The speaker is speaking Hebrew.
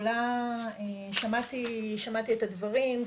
שמעתי את הדברים,